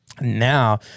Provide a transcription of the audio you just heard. now